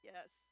Yes